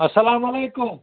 السلامُ علیکُم